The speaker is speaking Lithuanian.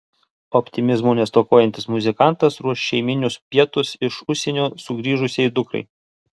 optimizmo nestokojantis muzikantas ruoš šeiminius pietus iš užsienio sugrįžusiai dukrai